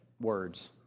words